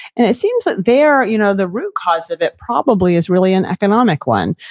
and it seems that there, you know, the root cause of it probably is really an economic one.